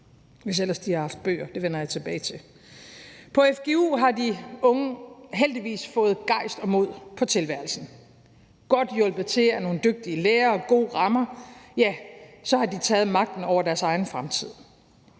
hvis ellers de har haft bøger – det vender jeg tilbage til. Kl. 09:11 På FGU har de unge heldigvis fået gejst og mod på tilværelsen. Godt hjulpet på vej af nogle dygtige lærere og gode rammer har de taget magten over deres egen fremtid.